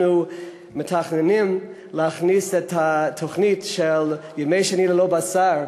אנחנו מתכננים להכניס את התוכנית של ימי שני ללא בשר,